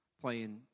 playing